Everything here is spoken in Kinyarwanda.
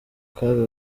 kaga